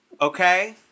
Okay